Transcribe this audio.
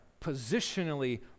positionally